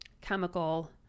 chemical